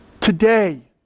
Today